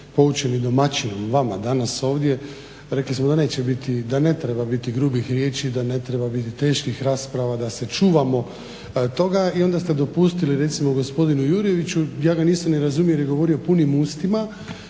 poučeni domaćinom, vama danas ovdje, rekli smo da neće biti i da ne treba biti grubih riječi i da ne treba biti teških rasprava, da se čuvamo toga i onda ste dopustili recimo gospodinu Jurjeviću ja ga nisam ni razumio jer je govorio punim ustima,